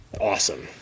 awesome